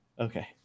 Okay